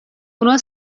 اونا